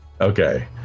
Okay